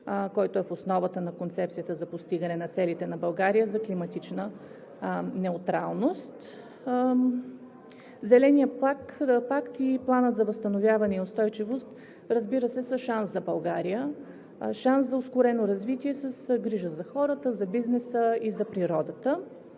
който е в основата на концепцията за постигане на целите на България за климатична неутралност. Зеленият пакт и Планът за възстановяване и устойчивост, разбира се, са шанс за България – шанс за ускорено развитие с грижа за хората, за бизнеса и за природата.